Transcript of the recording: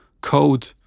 code